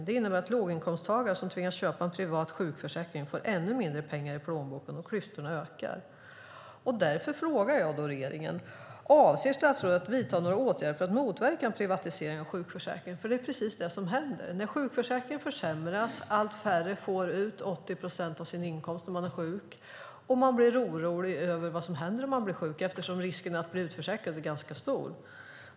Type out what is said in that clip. Det innebär att låginkomsttagare som tvingas köpa en privat sjukförsäkring får ännu mindre pengar i plånboken, och klyftorna ökar. Därför frågar jag regeringen: Avser statsrådet att vidta några åtgärder för att motverka en privatisering av sjukförsäkringen? Det är ju precis det som händer när sjukförsäkringen försämras, när allt färre får ut 80 procent av sin inkomst när man är sjuk och när man blir orolig över vad som händer när man blir sjuk eftersom risken att bli utförsäkrad är ganska stor.